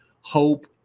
hope